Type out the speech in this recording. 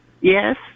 Yes